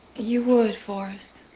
you would, forrest.